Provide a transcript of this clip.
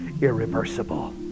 irreversible